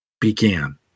began